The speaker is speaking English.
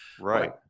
Right